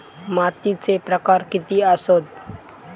मातीचे प्रकार किती आसत?